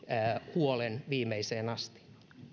huolen viimeiseen asti